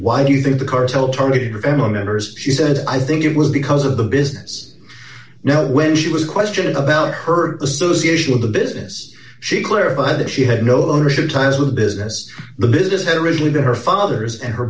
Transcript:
why do you think the cartel tourney venom enters she said i think it was because of the business know when she was questioned about her association with the business she clarified that she had no ownership ties with a business the business had originally been her father's and her